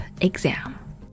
exam